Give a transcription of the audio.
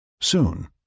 Soon